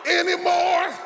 anymore